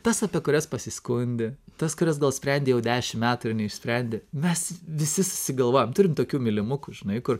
tas apie kurias pasiskundi tas kurias gal sprendi jau dešim metų ir neišsprendi mes visi susigalvojam turim tokių mylimukų žinai kur